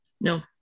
No